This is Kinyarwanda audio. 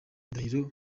indahiro